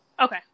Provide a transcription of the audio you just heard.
Okay